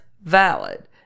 valid